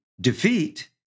defeat